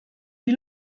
die